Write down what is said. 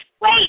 wait